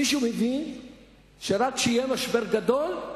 מישהו מבין שרק כשיהיה משבר גדול,